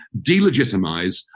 delegitimize